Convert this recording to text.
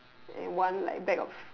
and one like bag of